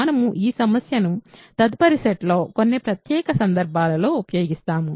మనము ఈ సమస్యను తదుపరి సెట్లో కొన్ని ప్రత్యేక సందర్భాలలో ఉపయోగిస్తాము